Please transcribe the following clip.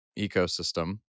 ecosystem